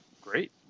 Great